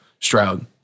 Stroud